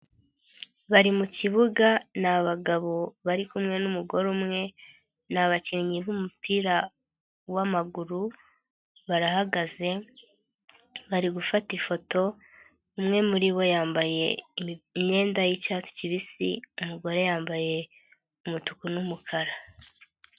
Bari mukibuga, ni abagabo bari kumwe n'umugore umwe, ni abakinnyi b'umupira w'amaguru, barahagaze, bari gufata ifoto, umwe muribo yambaye imyenda y'icyatsi kibisi, umugore yambaye umutuku n'umukara.